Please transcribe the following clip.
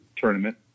tournament